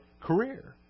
career